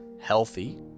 healthy